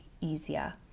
easier